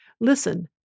Listen